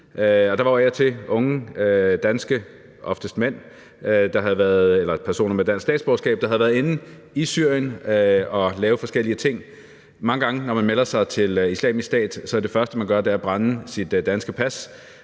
der var af og til unge danske, oftest mænd – eller personer med dansk statsborgerskab – der havde været inde i Syrien og lave forskellige ting. Mange gange, når man melder sig til Islamisk Stat, er det første, man gør, at brænde sit danske pas